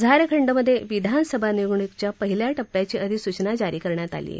झारखंडमधे विधानसभा निवडणुकीच्या पहिल्या टप्प्याची अधिसूचना जारी करण्यात आली आहे